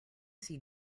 see